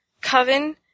coven